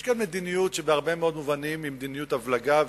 יש כאן מדיניות שבהרבה מאוד מובנים היא מדיניות הבלגה,